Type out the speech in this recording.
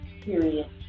Period